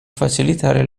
facilitare